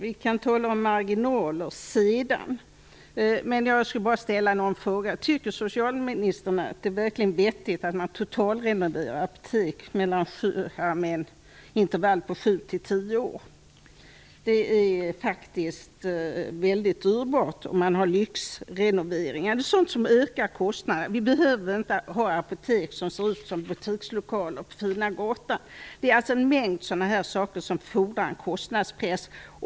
Vi kan tala om marginalerna sedan, men jag vill ställa en fråga nu. Tycker socialministern att det verkligen är vettigt att man totalrenoverar apotek med en intervall på sju till tio år? Detta är faktiskt väldigt dyrbart. Man genomför lyxrenoveringar som ökar kostnaderna. Vi behöver inte ha apotek som ser ut som butikslokaler på "fina gatan". Det finns en mängd sådana här saker som fordrar en kostnadspress.